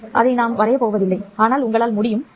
நான் அதை வரையப் போவதில்லை ஆனால் உங்களால் முடியும்